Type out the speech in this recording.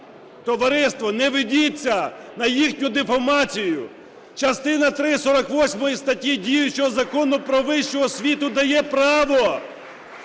Товариство, не ведіться на їхню дифамацію. Частина три 48 статті діючого Закону "Про вищу освіту" дає право